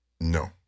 No